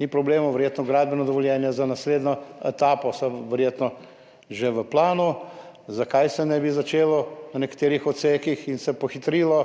ni problemov, verjetno so gradbena dovoljenja za naslednjo etapo že v planu. Zakaj se ne bi začelo na nekaterih odsekih in se pohitrilo